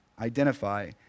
identify